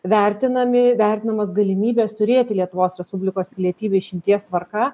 vertinami įvertinamos galimybės turėti lietuvos respublikos pilietybę išimties tvarka